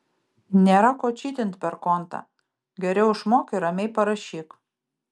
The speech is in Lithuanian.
nėra ko čytint per kontą geriau išmok ir ramiai parašyk